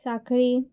सांखळी